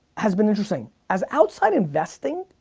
has been interesting, as outside investing,